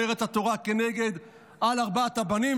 אומרת התורה על ארבעת הבנים.